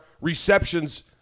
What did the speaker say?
receptions